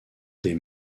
des